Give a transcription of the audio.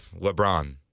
LeBron